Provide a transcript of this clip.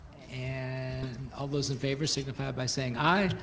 and all those in favor signify by saying aye?